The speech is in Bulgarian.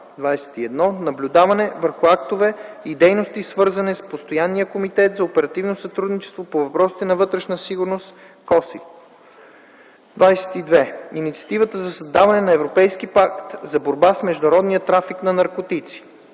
21. Наблюдение върху актове и дейността, свързани с Постоянен комитет за оперативно сътрудничество по въпросите на вътрешната сигурност (COSI). 22. Инициатива за създаване на Европейски пакт за борба с международния трафик на наркотици.